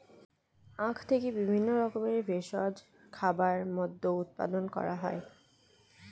আখ থেকে বিভিন্ন রকমের ভেষজ খাবার, মদ্য উৎপাদন করা হয়